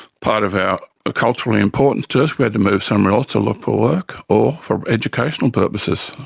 part of our ah cultural importance to us. we had to move somewhere else to look for work or for educational purposes.